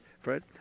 Fred